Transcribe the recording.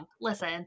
listen